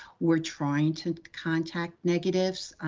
we're trying to contact negatives,